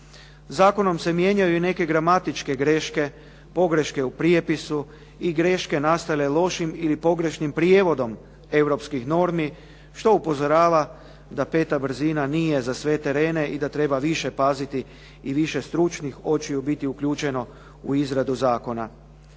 Zakonom se mijenjaju i neke gramatičke greške, pogreške u prijepisu i greške nastale lošim ili pogrešnim prijevodom europskim normi, što upozorava da peta brzina nije za sve terene i da treba više paziti i više stručnih očiju biti uključeno u izradu zakona.